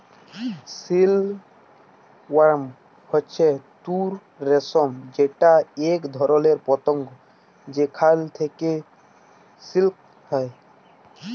silk worm হচ্যে তুত রেশম যেটা এক ধরণের পতঙ্গ যেখাল থেক্যে সিল্ক হ্যয়